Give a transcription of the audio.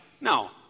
No